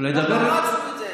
אנחנו נדבר, את זה.